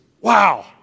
Wow